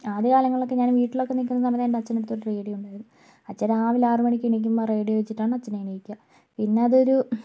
ആദ്യകാലങ്ങളിൽ ഒക്കെ ഞാൻ വീട്ടിൽ ഒക്കെ നിൽക്കുന്ന സമയത് അച്ഛൻ്റെ അടുത്ത് ഒരു റേഡിയോ ഉണ്ടായിരുന്നു അച്ഛൻ രാവിലെ ആറ് മണിക്ക് എണീക്കുമ്പോൾ ആ റേഡിയോ വെച്ചിട്ടാണ് അച്ഛൻ എണീക്കുക പിന്നെ അതൊരു